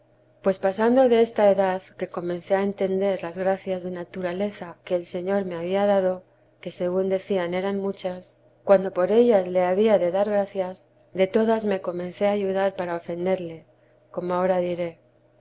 pues pasando de esta edad que comencé a entender las gracias de naturaleza que el señor me había dado que según decían eran muchas cuando por ellas le había de dar gracias de todas me comencé a ayudar para ofenderle como ahora diré